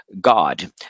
god